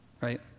Right